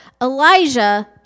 Elijah